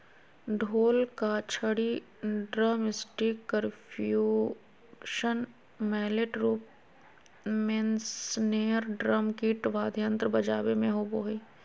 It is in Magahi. ढोल का छड़ी ड्रमस्टिकपर्क्यूशन मैलेट रूप मेस्नेयरड्रम किट वाद्ययंत्र बजाबे मे होबो हइ